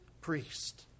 priest